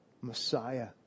Messiah